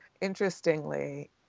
interestingly